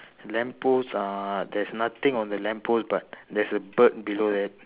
lamp post uh there's nothing on the lamp post but there's a bird below that